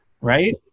right